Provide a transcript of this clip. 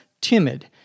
timid